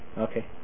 Okay